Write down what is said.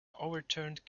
overturned